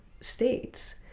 states